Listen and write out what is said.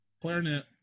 Clarinet